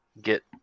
get